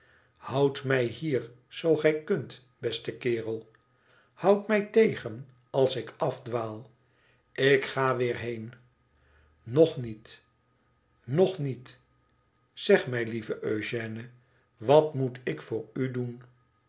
houd mij hier zoo gij kunt beste kerel houd mij tegen als ik afdwaal ik ga weer heen nog niet nog niet zeg mij lieve eugène wat moet ik voor u doen